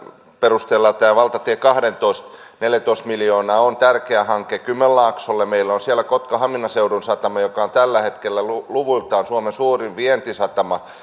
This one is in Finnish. perusteella tämä valtatie kahdentoista neljätoista miljoonaa on tärkeä hanke kymenlaaksolle meillä on siellä kotka hamina seudun satama joka on tällä hetkellä luvuiltaan suomen suurin vientisatama